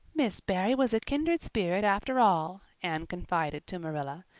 miss barry was a kindred spirit, after all, anne confided to marilla.